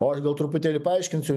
o aš gal truputėlį paaiškinsiu